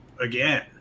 again